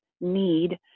need